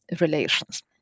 relations